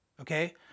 okay